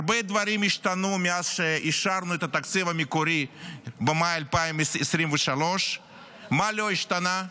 הרבה דברים השתנו מאז שאישרנו את התקציב המקורי במאי 2023. מה לא השתנה?